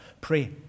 Pray